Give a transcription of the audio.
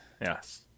Yes